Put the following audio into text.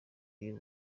y’u